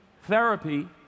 therapy